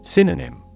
Synonym